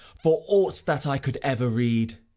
for aught that i could ever read,